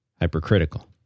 Hypercritical